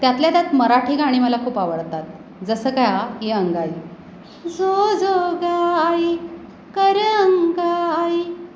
त्यातल्या त्यात मराठी गाणी मला खूप आवडतात जसं का ही अंगाई जो जो गाई कर अंगाई